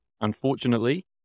Unfortunately